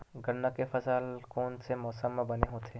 गन्ना के फसल कोन से मौसम म बने होथे?